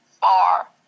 far